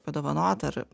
padovanot ar